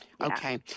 Okay